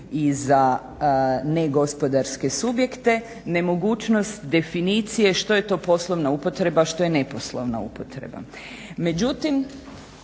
i za negospodarske subjekte nemogućnost definicije što je to poslovna upotreba, a što je neposlovna upotreba.